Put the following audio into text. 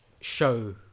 show